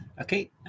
Okay